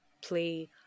play